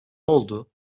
oldu